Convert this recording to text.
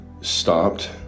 stopped